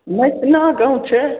मैहसिना गाँव छै